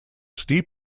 steep